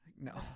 No